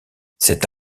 cette